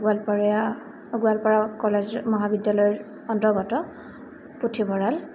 গোৱালপৰীয়া ও গোৱালপাৰা কলেজ মহাবিদ্যালয়ৰ অন্তৰ্গত পুথিভঁৰাল